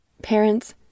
Parents